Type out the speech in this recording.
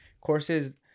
courses